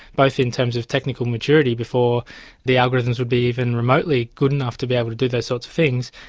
both in terms of technical maturity before the algorithms would be even remotely good enough to be able to do those sorts of things,